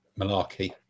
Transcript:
malarkey